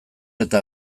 eta